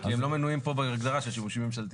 כי הם לא מנויים פה בהגדרה של שימושים ממשלתיים.